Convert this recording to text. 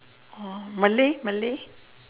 oh malay malay